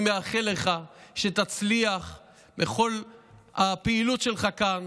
אני מאחל לך שתצליח בכל הפעילות שלך כאן,